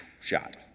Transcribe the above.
shot